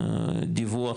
דיווח,